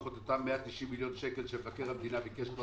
את אותם 190 מיליון שקל שמבקר המדינה ביקש כבר